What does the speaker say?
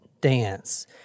dance